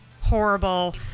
Horrible